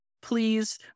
please